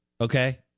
Okay